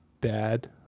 bad